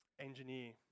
engineer